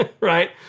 right